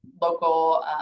local